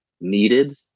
needed